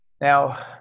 now